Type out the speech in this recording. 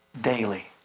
daily